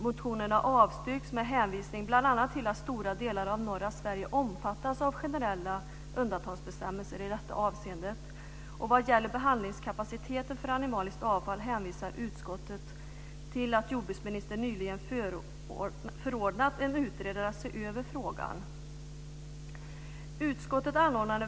Motionerna avstyrks med hänvisning bl.a. till att stora delar av norra Sverige omfattas av generella undantagsbestämmelser i detta avseende. Vad gäller behandlingskakpaciteten för animaliskt avfall hänvisar utskottet till att jordbruksministern nyligen förordnat en utredare att se över frågan.